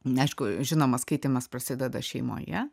neaišku žinoma skaitymas prasideda šeimoje